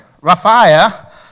Raphael